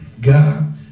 God